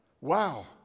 Wow